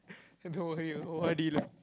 don't worry o_r_d loh